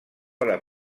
alla